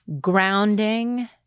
grounding